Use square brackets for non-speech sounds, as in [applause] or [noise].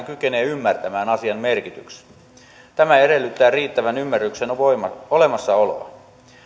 [unintelligible] kykenee ymmärtämään asian merkityksen tämä edellyttää riittävän ymmärryksen olemassaoloa